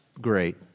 great